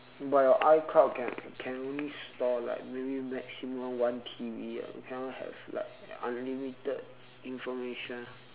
but your icloud can can only store like maybe maximum one T_B ah you cannot only have like unlimited information